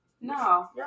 No